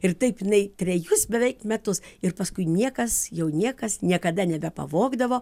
ir taip jinai trejus beveik metus ir paskui niekas jau niekas niekada nebepavogdavo